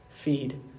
Feed